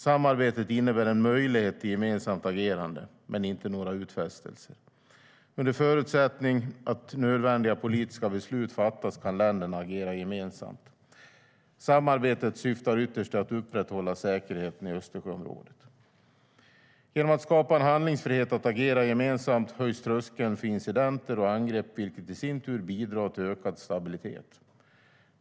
Samarbetet innebär en möjlighet till gemensamt agerande, men inte några utfästelser. Under förutsättning att nödvändiga politiska beslut fattas kan länderna agera gemensamt. Samarbetet syftar ytterst till att upprätthålla säkerheten i Östersjöområdet. Genom att skapa en handlingsfrihet att agera gemensamt höjs tröskeln för incidenter och angrepp, vilket i sin tur bidrar till ökad stabilitet.